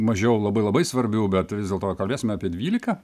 mažiau labai labai svarbių bet vis dėlto kalbėsime apie dvylika